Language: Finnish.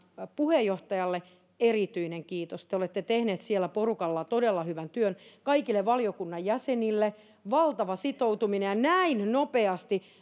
puheenjohtajalle erityinen kiitos te olette tehneet siellä porukalla todella hyvän työn kaikille valiokunnan jäsenille valtava sitoutuminen ja näin nopeasti